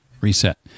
reset